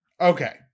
Okay